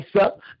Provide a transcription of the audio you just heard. up